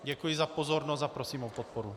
Děkuji za pozornost a prosím o podporu.